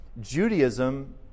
Judaism